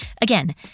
Again